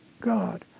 God